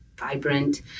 Vibrant